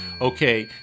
Okay